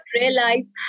realize